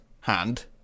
hand